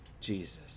Jesus